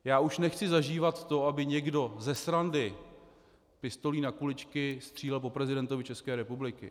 Já už nechci zažívat to, aby někdo ze srandy pistolí na kuličky střílel po prezidentovi České republiky.